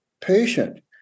patient